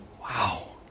Wow